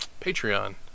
Patreon